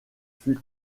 fut